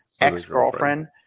ex-girlfriend